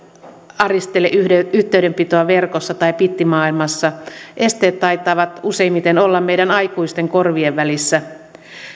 aristele yhteydenpitoa verkossa tai bittimaailmassa esteet taitavat useimmiten olla meidän aikuisten korvien välissä